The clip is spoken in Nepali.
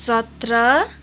सत्र